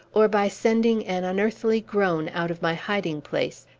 or by sending an unearthly groan out of my hiding-place,